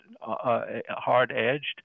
hard-edged